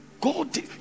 God